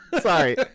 Sorry